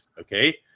Okay